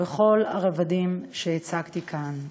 בכל הרבדים שהצגתי כאן.